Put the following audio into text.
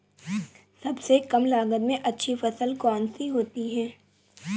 सबसे कम लागत में अच्छी फसल कौन सी है?